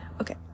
okay